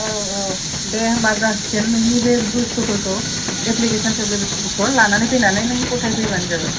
औ औ दे होमबा जासिगोन नोंनि बे बुस्थुफोरखौ एप्लिकेसन थेप्लिकेसनफोरखौ लानानै फैनानै नों गथायफैबानो जाबाय